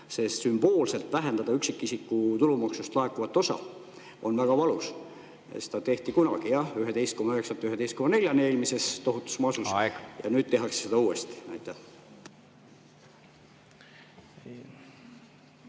sest sümboolselt vähendada üksikisiku tulumaksust laekuvat osa on väga valus. Seda tehti kunagi 11,9%-lt 11,4%-le eelmises tohutus masus ja nüüd tehakse seda uuesti.